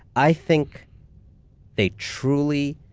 i think they truly,